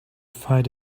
fight